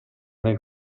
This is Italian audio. nel